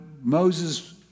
Moses